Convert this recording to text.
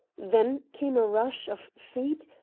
then came a rush of feet,